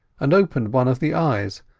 and opened one of the eyes,